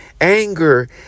Anger